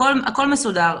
הכול מסודר.